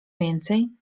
więcej